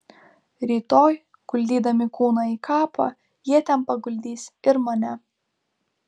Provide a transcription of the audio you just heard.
rytoj guldydami kūną į kapą jie ten paguldys ir mane